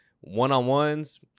one-on-ones